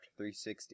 360